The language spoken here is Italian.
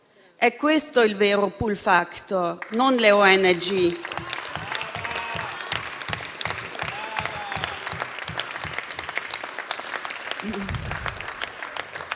È questo il vero *pull factor*, non le ONG.